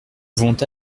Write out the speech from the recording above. vont